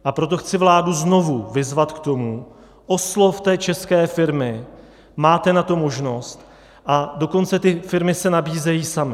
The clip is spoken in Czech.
A proto chci vládu znovu vyzvat k tomu: oslovte české firmy, máte na to možnost, a dokonce se firmy nabízejí samy.